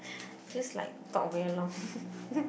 just like talk very long